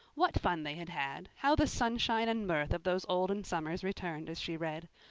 what fun they had had! how the sunshine and mirth of those olden summers returned as she read.